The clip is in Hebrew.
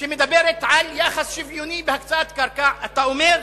שמדברת על יחס שוויוני בהקצאת קרקע, אתה אומר: